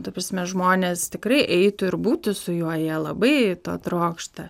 ta prasme žmonės tikrai eitų ir būtų su juo jie labai to trokšta